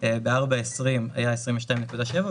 ב-4.20 היה 22.7,